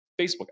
Facebook